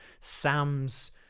sam's